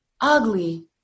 ugly